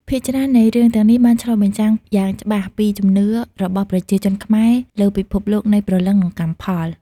ភាគច្រើននៃរឿងទាំងនេះបានឆ្លុះបញ្ចាំងយ៉ាងច្បាស់ពីជំនឿរបស់ប្រជាជនខ្មែរលើពិភពលោកនៃព្រលឹង និងកម្មផល។